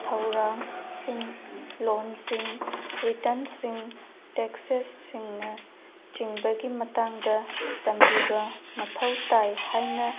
ꯊꯧꯔꯥꯡꯁꯤꯡ ꯂꯣꯟꯁꯤꯡ ꯔꯤꯇ꯭ꯔꯟꯁꯤꯡ ꯇꯦꯛꯁꯦꯁꯁꯤꯡꯅ ꯆꯤꯡꯕꯒꯤ ꯃꯇꯥꯡꯗ ꯇꯝꯕꯤꯕ ꯃꯊꯧ ꯇꯥꯏ ꯍꯥꯏꯅ